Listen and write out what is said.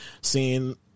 Seeing